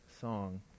song